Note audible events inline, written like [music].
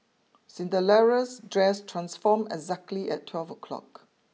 [unintelligible] dress transformed exactly at twelve o'clock